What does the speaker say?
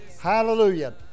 Hallelujah